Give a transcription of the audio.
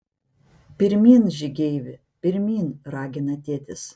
pirmyn žygeivi pirmyn ragina tėtis